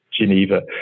Geneva